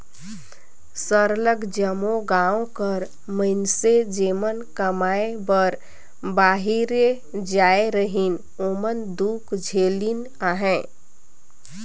सरलग जम्मो गाँव कर मइनसे जेमन कमाए बर बाहिरे जाए रहिन ओमन दुख झेलिन अहें